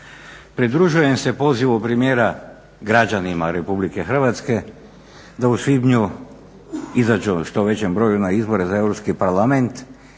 Pridružujem se pozivu premijera građanima Republike Hrvatske da u svibnju izađu u što većem broju na izbore za Europski parlament